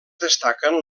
destaquen